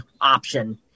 option